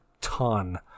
ton